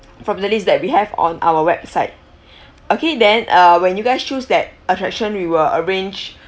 from the list that we have on our website okay then uh when you guys choose that attraction we will arrange